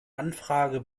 anfrage